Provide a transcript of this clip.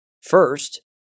First